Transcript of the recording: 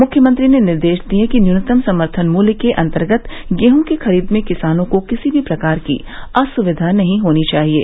मुख्यमंत्री ने निर्देश दिये कि न्यूनतम समर्थन मूल्य के अन्तर्गत गेहूँ की खरीद में किसानों को किसी भी प्रकार की असुविधा नहीं होनी चाहिये